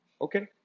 Okay